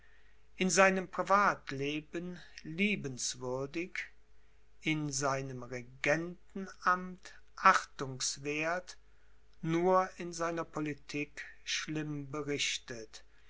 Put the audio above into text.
in seinem privatleben liebenswürdig in seinem regentenamt achtungswerth nur in seiner politik schlimm berichtet